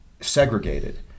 segregated